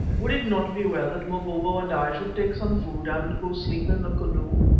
would it not be well that mavovo and i should take some food and go sleep in the canoe?